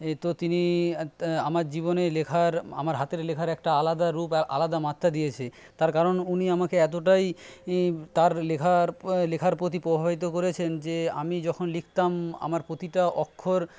এ তো তিনি আমার জীবনে লেখার আমার হাতের লেখার একটা আলাদা রূপ আলাদা মাত্রা দিয়েছে তার কারণ উনি আমাকে এতটাই তার লেখার লেখার প্রতি প্রভাবিত করেছেন যে আমি যখন লিখতাম আমার প্রতিটা অক্ষর